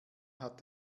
hat